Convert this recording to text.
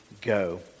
go